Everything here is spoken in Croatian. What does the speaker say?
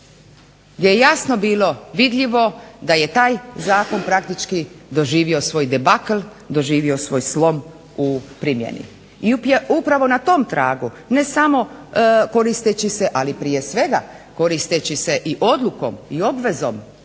je jasno bilo vidljivo da je taj zakon praktički doživio svoj debakl, doživio svoj slom u primjeni. I upravo na tom tragu, ne samo koristeći se ali prije svega koristeći se i odlukom i obvezom